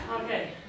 Okay